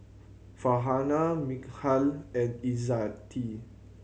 Farhanah Mikhail and Izzati